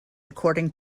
according